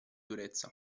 durezza